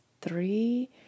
three